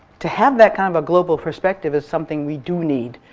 to have that kind of of global perspective is something we do need,